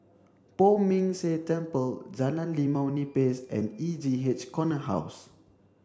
Poh Ming Tse Temple Jalan Limau Nipis and E J H Corner House